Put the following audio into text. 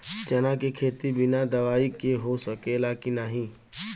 चना के खेती बिना दवाई के हो सकेला की नाही?